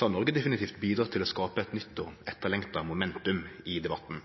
har Noreg definitivt bidratt til å skape eit nytt og etterlengta momentum i debatten.